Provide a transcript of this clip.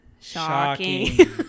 Shocking